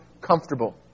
comfortable